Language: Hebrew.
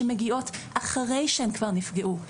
שמגיעות אחרי שהן כבר נפגעו,